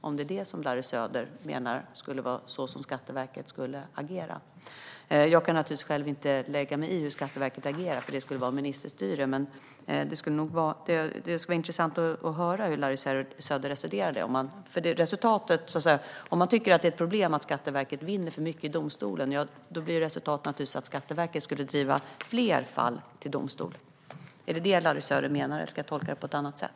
Är det så som Larry Söder menar att Skatteverket skulle agera? Jag kan naturligtvis inte lägga mig i hur Skatteverket agerar, för det skulle vara ministerstyre. Det skulle vara intressant att höra hur Larry Söder resonerar. Om han tycker att det är ett problem att Skatteverket vinner för ofta i domstolen innebär det naturligtvis att Skatteverket skulle driva fler fall till domstol. Är det detta Lary Söder menar, eller ska jag tolka det på ett annat sätt?